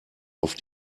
auf